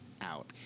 out